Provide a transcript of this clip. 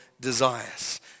desires